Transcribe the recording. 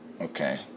okay